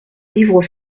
livre